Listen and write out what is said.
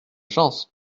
chance